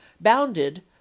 bounded